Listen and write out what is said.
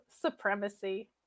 supremacy